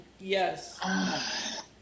Yes